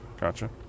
Gotcha